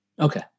Okay